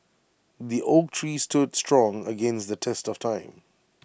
the oak tree stood strong against the test of time